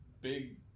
big